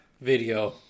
video